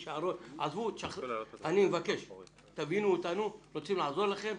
תבינו אותנו, אנחנו רוצים לעזור לכם.